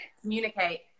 communicate